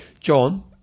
John